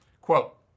Quote